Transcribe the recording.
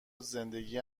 زندگی